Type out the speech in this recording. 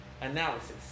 analysis